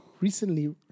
recently